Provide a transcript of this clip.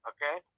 Okay